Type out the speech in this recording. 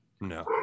no